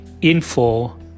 info